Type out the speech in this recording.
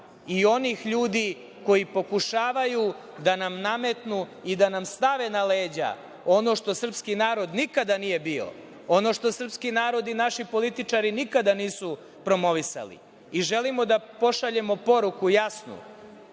i onih ljudi koji pokušavaju da nam nametnu i da nam stave na leđa ono što srpski narod nikada nije bio, ono što srpski narod i naši političari nikada nisu promovisali. Želimo da pošaljemo poruku jasnu